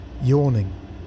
yawning